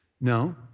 No